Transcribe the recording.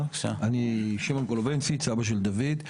אני שמעון גולובנציץ, אבא של דוד.